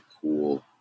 cool